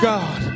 God